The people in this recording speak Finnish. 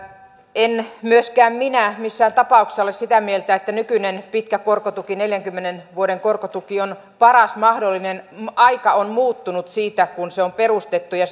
en myöskään minä missään tapauksessa ole sitä mieltä että nykyinen pitkä korkotuki neljänkymmenen vuoden korkotuki on paras mahdollinen aika on muuttunut siitä kun se on perustettu ja